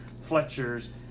Fletcher's